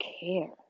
care